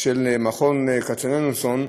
של קרן כצנלסון.